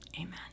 Amen